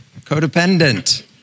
Codependent